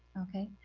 okay.